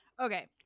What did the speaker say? okay